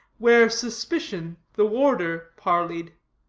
where suspicion, the warder, parleyed.